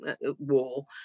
War